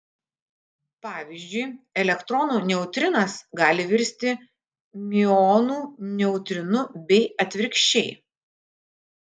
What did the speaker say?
pavyzdžiui elektronų neutrinas gali virsti miuonų neutrinu bei atvirkščiai